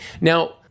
now